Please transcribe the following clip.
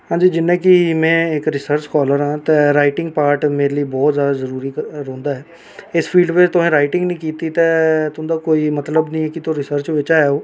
हां जियां कि में इक रिसर्च स्कालर आं ते राईटिंग पार्ट मेरे लेई बौह्त जादा जरूरी रौंह्दा ऐ इस फील्ड बिच्च तुसें राईटिंग निं कीती ते तुं'दा कोई मतलब नि कि तुस रिसर्च बिच्च ऐ ओ